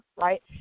right